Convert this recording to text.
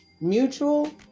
mutual